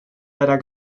leider